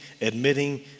admitting